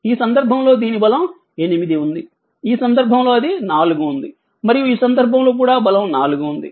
ఈ సందర్భంలో దీని బలం 8 ఉంది ఈ సందర్భంలో అది 4 ఉంది మరియు ఈ సందర్భంలో కూడా బలం 4 ఉంది